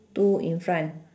two in front